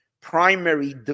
primary